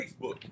Facebook